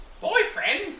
Boyfriend